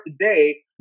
today